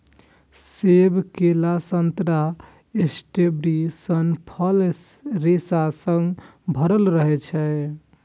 सेब, केला, संतरा, स्ट्रॉबेरी सन फल रेशा सं भरल रहै छै